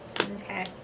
Okay